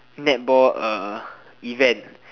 netball event